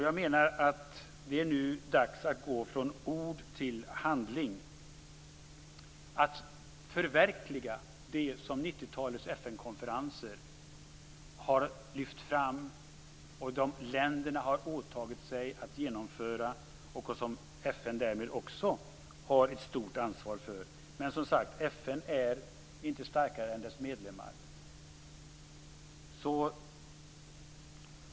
Jag menar att det nu är dags att gå från ord till handling. Det är dags att förverkliga det som 90-talets FN konferenser har lyft fram, som länderna har åtagit sig att genomföra och som FN därmed också har ett stort ansvar för. Men FN är som sagt inte starkare än dess medlemmar.